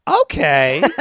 okay